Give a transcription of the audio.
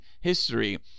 history